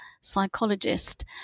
psychologist